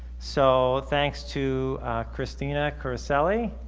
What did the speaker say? so thanks to cristina carosielli,